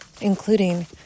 including